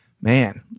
man